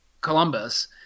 Columbus